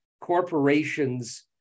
corporations